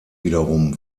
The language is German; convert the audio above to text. wiederum